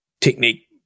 technique